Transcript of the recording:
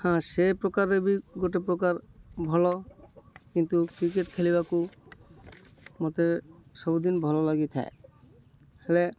ହଁ ସେ ପ୍ରକାରରେ ବି ଗୋଟେ ପ୍ରକାର ଭଲ କିନ୍ତୁ କ୍ରିକେଟ୍ ଖେଳିବାକୁ ମତେ ସବୁଦିନ ଭଲ ଲାଗି ଥାଏ ହେଲେ